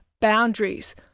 boundaries